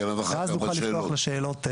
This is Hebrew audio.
ואז נוכל לפתוח את השאלות.